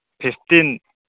fifteen